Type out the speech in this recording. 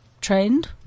trained